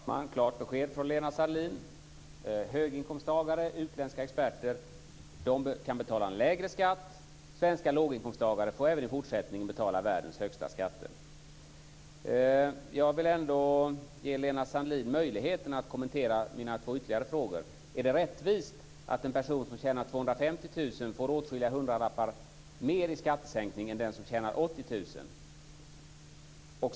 Fru talman! Det var ett klart besked från Lena Sandlin-Hedman: Höginkomsttagare, utländska experter kan betala en lägre skatt. Svenska låginkomsttagare får även i fortsättningen betala världens högsta skatter. Jag vill ändå ge Lena Sandlin-Hedman möjligheten att kommentera mina två ytterligare frågor. Är det rättvist att en person som tjänar 250 000 får åtskilliga hundralappar mer i skattesänkning än den som tjänar 80 000?